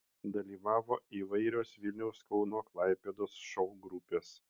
dalyvavo įvairios vilniaus kauno klaipėdos šou grupės